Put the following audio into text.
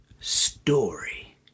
story